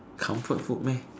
comfort food meh